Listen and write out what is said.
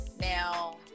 Now